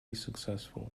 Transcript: successful